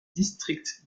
district